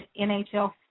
NHL